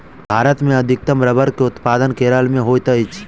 भारत मे अधिकतम रबड़ के उत्पादन केरल मे होइत अछि